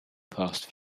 past